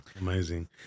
Amazing